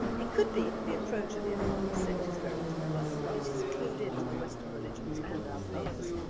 it could be that the approach of the ahmadi sect is very clever and it is clued in to the western religions and our fears.